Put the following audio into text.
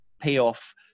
payoff